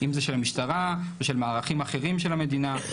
אם זה של המשטרה ושל מערכים אחרים של המדינה,